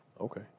Okay